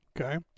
Okay